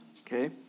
okay